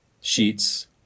sheets